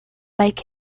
like